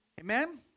Amen